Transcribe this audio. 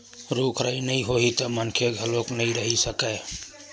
रूख राई नइ होही त मनखे घलोक नइ रहि सकय